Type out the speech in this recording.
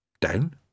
Down